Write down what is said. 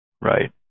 Right